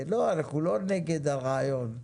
אנחנו לא נגד הרעיון,